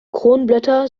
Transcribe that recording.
kronblätter